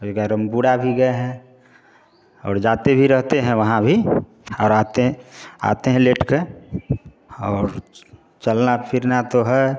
अभी बैरमपुरा भी गए हैं और जाते भी रहते हैं वहाँ भी और आते और आते हैं लेट के और चलना फिरना तो है